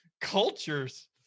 Cultures